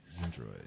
Android